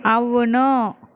అవును